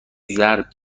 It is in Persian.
ضرب